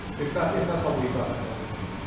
if that's if that's all we've got, that's all we've got.